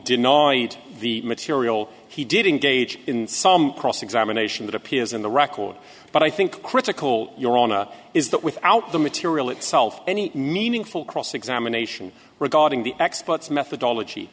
denied the material he did engage in some cross examination that appears in the record but i think critical your on a is that without the material itself any meaningful cross examination regarding the experts methodology